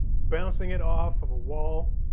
bouncing it off of a wall